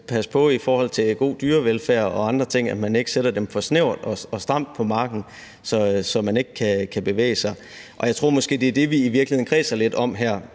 passe på i forhold til god dyrevelfærd og andre ting, at man ikke sætter dem for snævert og stramt på marken, så man ikke kan bevæge sig. Og jeg tror måske, at det er det, vi i virkeligheden kredser lidt om her.